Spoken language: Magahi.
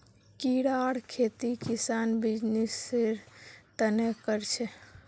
कीड़ार खेती किसान बीजनिस्सेर तने कर छे